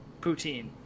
poutine